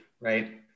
right